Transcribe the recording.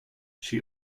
she